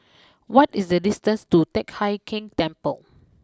what is the distance to Teck Hai Keng Temple